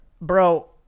Bro